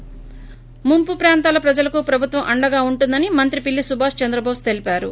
ి ముంపు ప్రాంతాల ప్రజలకు ప్రభుత్వం అండగా ఉంటుందని మంత్రి పిల్లి సుభాష్ చంద్రబోస్ తెలిపారు